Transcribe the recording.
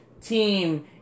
team